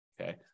Okay